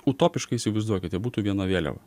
utopiškai įsivaizduokite būtų viena vėliava